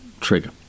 trigger